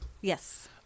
Yes